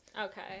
okay